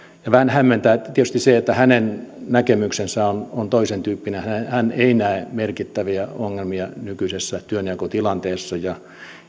vähän hämmentää tietysti se että hänen näkemyksensä on on toisentyyppinen hän hän ei näe merkittäviä ongelmia nykyisessä työnjakotilanteessa ja